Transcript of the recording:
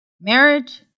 marriage